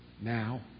now